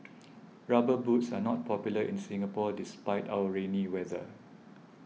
rubber boots are not popular in Singapore despite our rainy weather